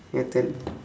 your turn